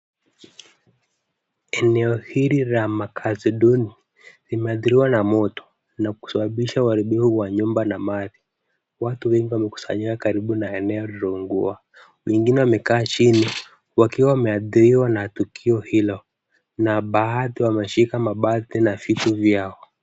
Eneo hili la makazi duni, limeathiriwa na moto, na kusababisha uharibifu wa nyumba na mali. Watu wengi wamekusanyika karibu na eneo lililoungua. Wengine wamekaa chini, wakiwa wameathiriwa na tukio hilo na baadhi wameshika mabati na vitu vyao.